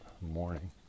morning